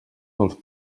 dels